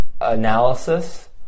analysis